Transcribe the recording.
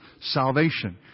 salvation